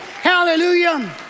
Hallelujah